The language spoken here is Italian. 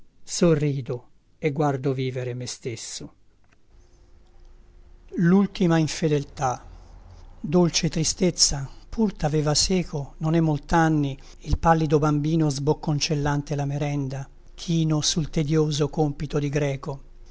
sorrido e guardo vivere me stesso questo testo è stato riletto e controllato lultima infedeltà dolce tristezza pur taveva seco non è moltanni il pallido bambino sbocconcellante la merenda chino sul tedioso compito di greco